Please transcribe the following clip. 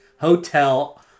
hotel